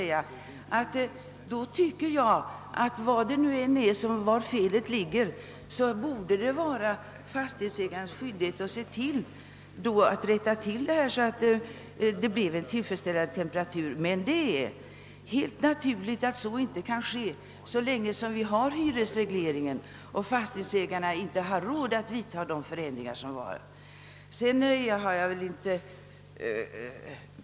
Men var felet än ligger, så borde det vara fastighetsägarens skyldighet att rätta till det hela, så att det blir tillfredsställande temperatur. Det är helt. naturligt att så inte kan ske så länge vi har hyresregleringen: och fastighetsägarna inte har råd att vidta de förändringar som behövs.